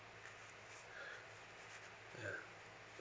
yeah